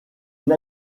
une